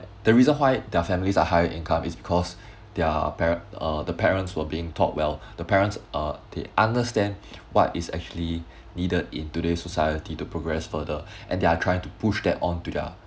the reason why their families are higher income is cause their par~ uh the parents were being taught well the parents uh they understand what is actually needed in today's society to progress further and they're trying to push that onto their